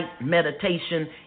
Meditation